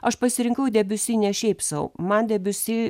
aš pasirinkau debiusi ne šiaip sau man debiusi